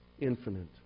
infinite